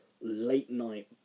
late-night